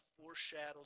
foreshadowed